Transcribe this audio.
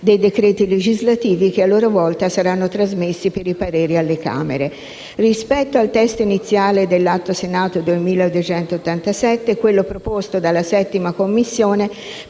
dei decreti legislativi, che a loro volta saranno trasmessi per i pareri alle Camere. Rispetto al testo iniziale dell'Atto Senato 2287, quello proposto dalla 7a Commissione